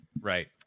Right